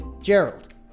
Gerald